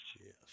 Yes